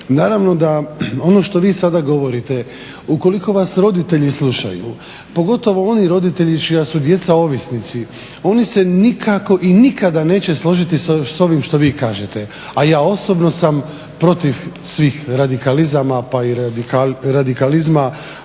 Naravno da ono što vi sada govorite, ukoliko vas roditelji slušaju, pogotovo oni roditelji čija su djeca ovisnici, oni se nikako i nikada neće složiti s ovim što vi kažete, a ja osobno sam protiv svih radikalizama, pa i radikalizma